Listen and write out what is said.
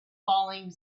falling